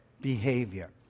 behavior